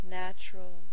natural